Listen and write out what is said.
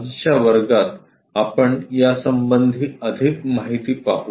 आजच्या वर्गात आपण यासंबंधी अधिक माहिती पाहू